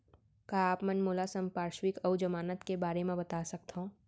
का आप मन मोला संपार्श्र्विक अऊ जमानत के बारे म बता सकथव?